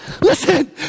listen